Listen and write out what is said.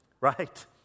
right